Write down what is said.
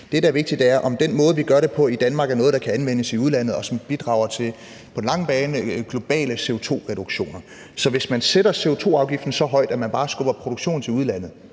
Det, der er vigtigt, er, om den måde, vi gør det på i Danmark, er noget, der kan anvendes i udlandet, og som på den lange bane bidrager til globale CO2-reduktioner. Så hvis man sætter CO2-afgiften så højt, at man bare skubber produktionen til udlandet,